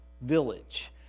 village